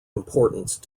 importance